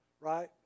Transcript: right